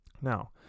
Now